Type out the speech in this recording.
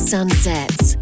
Sunsets